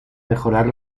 mejorar